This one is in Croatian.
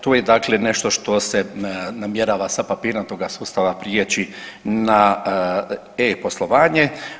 Tu je dakle nešto što se namjerava sa papirnatoga sustava priječi na e-poslovanje.